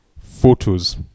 photos